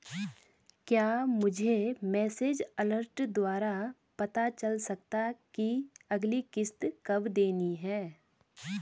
क्या मुझे message alert द्वारा पता चल सकता कि अगली किश्त कब देनी है?